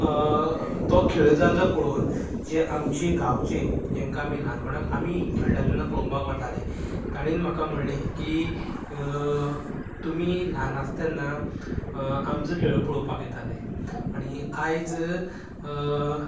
तो खेळ जाल्लो पळोवन जे आमचे गांवचे जेंका आमी ल्हानपणांत आमी खेळटाले तेन्ना पळोवपाक वताले तांणें म्हाका म्हणलें की तुमी ल्हान आसतना आमचो खेळ पळोवपाक येताले आनी आयज